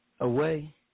away